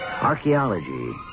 Archaeology